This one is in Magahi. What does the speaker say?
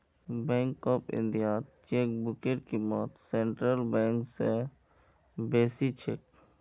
बैंक ऑफ इंडियात चेकबुकेर क़ीमत सेंट्रल बैंक स बेसी छेक